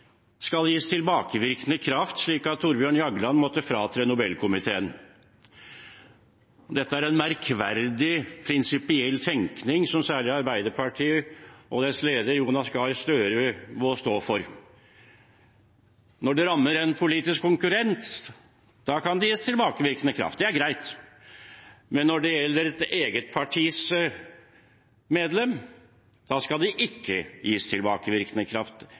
skal gis tilbakevirkende kraft, slik at Thorbjørn Jagland hadde måttet fratre Nobelkomiteen. Dette er en merkverdig prinsipiell tenkning, som særlig Arbeiderpartiet og dets leder, Jonas Gahr Støre, må stå for. Når det rammer en politisk konkurrent, kan det gis tilbakevirkende kraft – det er greit. Men når det gjelder ens eget partis medlem, skal det ikke gis tilbakevirkende kraft,